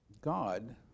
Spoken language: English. God